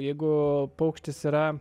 jeigu paukštis yra